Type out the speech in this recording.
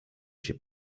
się